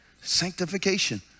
Sanctification